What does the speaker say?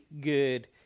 good